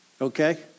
Okay